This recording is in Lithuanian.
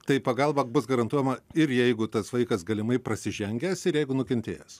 taip pagalba bus garantuojama ir jeigu tas vaikas galimai prasižengęs ir jeigu nukentėjęs